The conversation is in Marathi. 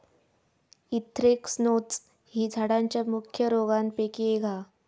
एन्थ्रेक्नोज ही झाडांच्या मुख्य रोगांपैकी एक हा